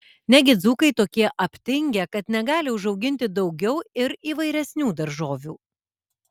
negi dzūkai tokie aptingę kad negali užauginti daugiau ir įvairesnių daržovių